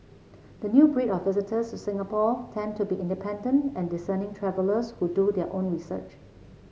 the new breed of visitors to Singapore tend to be independent and discerning travellers who do their own research